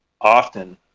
often